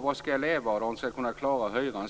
Vad skall jag leva av om jag skall kunna klara hyran?